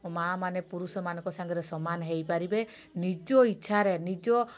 ମାଁ ମାନେ ପୁରୁଷ ମାନଙ୍କ ସାଙ୍ଗରେ ସମାନ ହେଇପାରିବେ ନିଜ ଇଚ୍ଛାରେ ନିଜ